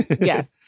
yes